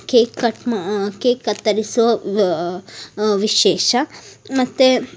cake cut ಮಾ cake ಕತ್ತರಿಸೋ ವ ವಿಶೇಷ ಮತ್ತು